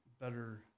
Better